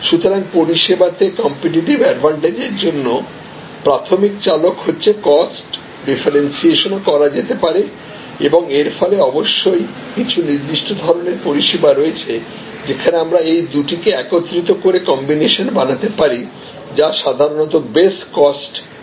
সুতরাং পরিষেবাতে competitive advantage এর জন্য প্রাথমিক চালক হচ্ছে কস্ট ডিফারেন্সিয়েশন ও করা যেতে পারে এবং এর ফলে অবশ্যই কিছু নির্দিষ্ট ধরনের পরিষেবা রয়েছে যেখানে আমরা এই দুটিকে একত্রিত করে কম্বিনেশন বানাতে পারি যা সাধারণত বেস্ট কস্ট হিসাবে পরিচিত